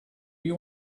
you